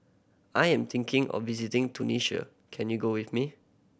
I am thinking of visiting Tunisia can you go with me